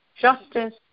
justice